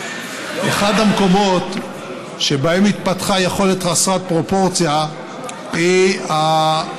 אחד המקומות שבהם התפתחה יכולת חסרת פרופורציה היא הזירה הלבנונית.